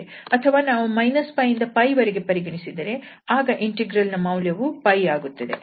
ಅಥವಾ ನಾವು - 𝜋 ಇಂದ 𝜋 ವರೆಗೆ ಪರಿಗಣಿಸಿದ್ದರೆ ಆಗ ಇಂಟಿಗ್ರಲ್ ನ ಮೌಲ್ಯವು 𝜋 ಆಗುತ್ತದೆ